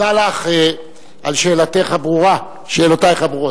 תודה לך על שאלותייך הברורות.